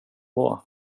bra